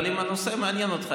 אבל אם הנושא מעניין אותך,